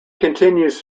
continues